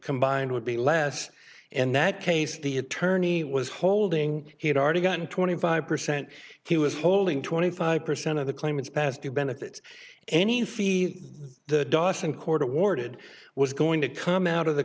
combined would be less in that case the attorney was holding he'd already gotten twenty five percent he was holding twenty five percent of the claimants past due benefits any fees the dawson court awarded was going to come out of the